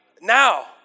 now